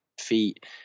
feet